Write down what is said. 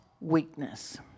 weakness